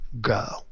go